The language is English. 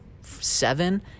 seven